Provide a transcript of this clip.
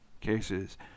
cases